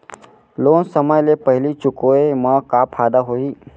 Loan समय ले पहिली चुकाए मा का फायदा होही?